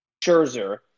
Scherzer